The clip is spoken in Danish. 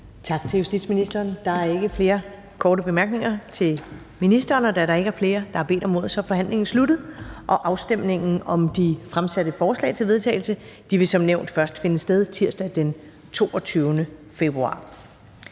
Tak til justitsministeren. Der er ikke flere korte bemærkninger til ministeren. Da der ikke er flere, der har bedt om ordet, er forhandlingen sluttet. Afstemningen om de fremsatte forslag til vedtagelse vil som nævnt først finde sted tirsdag den 22. februar